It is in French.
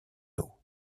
d’eau